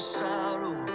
sorrow